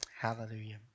Hallelujah